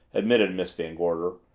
admitted miss van gorder.